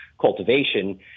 cultivation